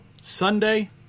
Sunday